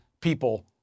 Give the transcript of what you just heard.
people